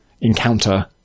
encounter